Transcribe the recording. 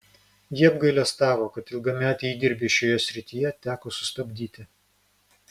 ji apgailestavo kad ilgametį įdirbį šioje srityje teko sustabdyti